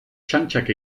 txantxak